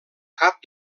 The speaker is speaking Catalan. cap